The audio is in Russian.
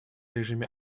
режиме